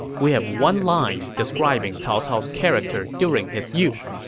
we have one line describing cao cao's character during his youth.